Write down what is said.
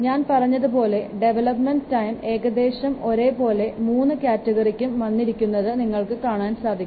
ഞാൻ പറഞ്ഞത് പോലെ ഡെവലപ്മെൻറ് ടൈം ഏകദേശം ഒരേ പോലെ 3 കാറ്റഗറികൾക്കും വന്നിരിക്കുന്നത് നിങ്ങൾക്ക് കാണാൻ സാധിക്കും